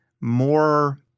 more